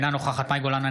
אינה נוכחת מאי גולן,